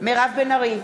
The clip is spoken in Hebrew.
מירב בן ארי,